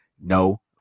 No